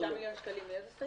שישה מיליון שקלים מאיזה סעיף?